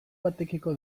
batekiko